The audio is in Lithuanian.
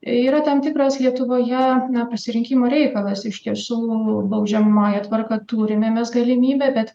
yra tam tikras lietuvoje na pasirinkimo reikalas iš tiesų baudžiamąja tvarka turime mes galimybę bet